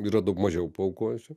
yra daug mažiau paaukojusi